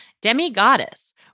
Demi-Goddess